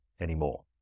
anymore